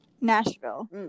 Nashville